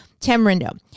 Tamarindo